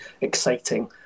exciting